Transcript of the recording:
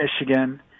michigan